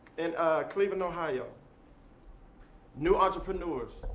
and cleveland, ohio new entrepreneurs,